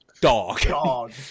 dog